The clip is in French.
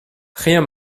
rien